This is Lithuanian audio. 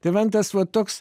tai man tas va toks